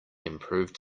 improved